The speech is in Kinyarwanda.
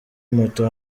moto